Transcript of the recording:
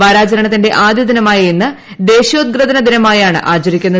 വാരാചരണത്തിന്റെ ആദ്യദിനമായ ഇന്ന് ദേശീയോദ്ഗ്രഥന ദിനമായാണ് ആചരിക്കുന്നത്